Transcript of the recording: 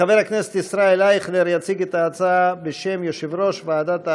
חבר הכנסת ישראל אייכלר יציג את ההצעה בשם יושב-ראש ועדת העבודה,